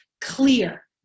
clear